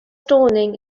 dawning